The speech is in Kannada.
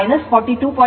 7angle 42